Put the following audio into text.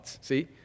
See